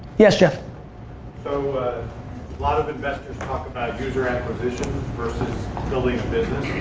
yes, jeff. so a lot of investors talk about user acquisition versus building a business.